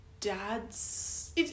dad's